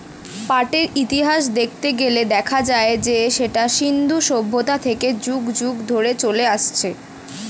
পাটের ইতিহাস দেখতে গেলে দেখা যায় যে সেটা সিন্ধু সভ্যতা থেকে যুগ যুগ ধরে চলে আসছে